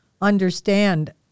understand